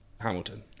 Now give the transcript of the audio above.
Hamilton